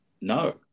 no